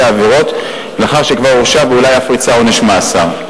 עבירות לאחר שכבר הורשע ואולי אף ריצה עונש מאסר.